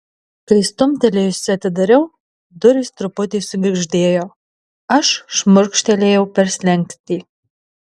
kai stumtelėjusi atidariau durys truputį sugirgždėjo aš šmurkštelėjau per slenkstį